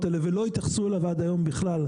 האלה ולא התייחסו אליו עד היום בכלל,